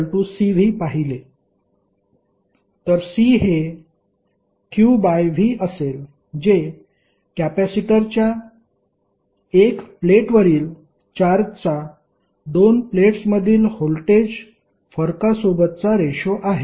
तर C हे q by V असेल जे कपॅसिटरच्या 1 प्लेटवरील चार्जचा दोन प्लेट्समधील व्होल्टेज फरकासोबतचा रेशो आहे